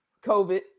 COVID